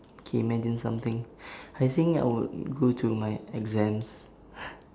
K imagine something I think I would go to my exams